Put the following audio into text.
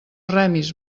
remis